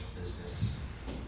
business